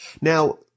Now